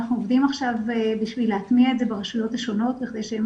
אנחנו עובדים עכשיו כדי להטמיע את זה ברשויות השונות כדי שהן